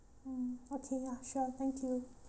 mm okay ya sure thank you